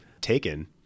taken